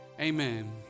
amen